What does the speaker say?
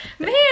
Man